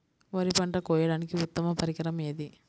వరి పంట కోయడానికి ఉత్తమ పరికరం ఏది?